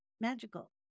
magical